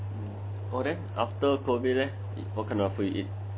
well then after COVID what kind of food you eat